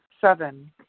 seven